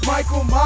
Michael